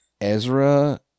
Ezra